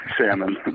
salmon